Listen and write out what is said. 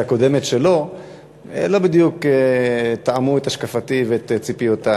הקודמת שלו לא בדיוק תאמו את השקפתי ואת ציפיותי.